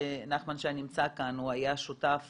נחמן שי נמצא כאן, הוא היה שותף